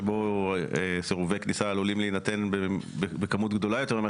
שבו סירובי כניסה עלולים להינתן בכמות גדולה יותר ממה